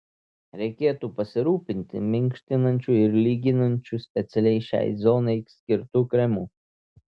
reikėtų pasirūpinti minkštinančiu ir lyginančiu specialiai šiai zonai skirtu kremu